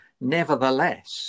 Nevertheless